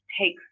take